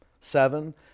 seven